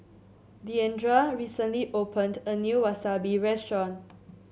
Diandra recently opened a new Wasabi restaurant